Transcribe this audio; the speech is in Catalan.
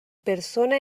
persona